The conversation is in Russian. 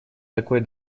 такой